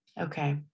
Okay